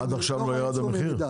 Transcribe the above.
עד עכשיו לא ירד המחיר?